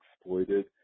exploited